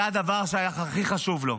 זה הדבר שהיה הכי חשוב לו.